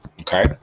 okay